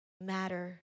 matter